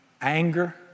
anger